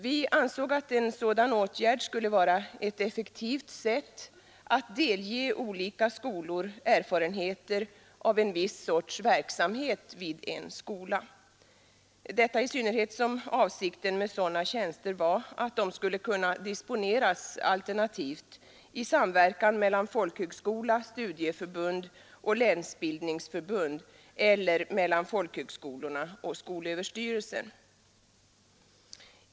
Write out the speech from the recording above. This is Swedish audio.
Vi ansåg att en sådan åtgärd skulle vara ett effektivt sätt att delge olika skolor erfarenheter av en viss sorts verksamhet vid en skola, detta i synnerhet som avsikten med sådana tjänster var att de skulle kunna disponeras alternativt i samverkan mellan folkhögskola, studieförbund och länsbildningsförbund eller mellan folkhögskolorna och skolöverstyrelsen.